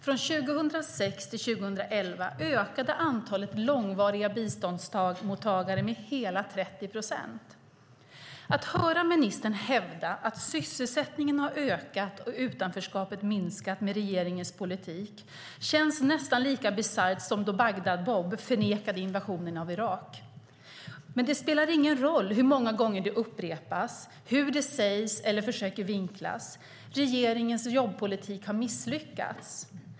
Från 2006 till 2011 ökade antalet långvariga biståndsmottagare med hela 30 procent. Att höra ministern hävda att sysselsättningen har ökat och utanförskapet minskat med regeringens politik känns nästan lika bisarrt som då Bagdad-Bob förnekade invasionen av Irak. Men det spelar ingen roll hur många gånger det upprepas, hur det sägs eller vinklas. Regeringens jobbpolitik har misslyckats.